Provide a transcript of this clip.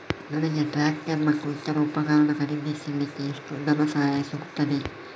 ನನಗೆ ಟ್ರ್ಯಾಕ್ಟರ್ ಮತ್ತು ಇತರ ಉಪಕರಣ ಖರೀದಿಸಲಿಕ್ಕೆ ಎಷ್ಟು ಧನಸಹಾಯ ಸಿಗುತ್ತದೆ?